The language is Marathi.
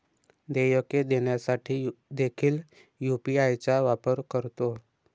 देयके देण्यासाठी देखील यू.पी.आय चा वापर करतो